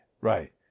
right